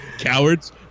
cowards